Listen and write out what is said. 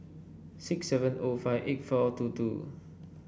six seven O five eight four two two